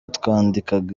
twandikaga